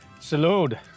Salud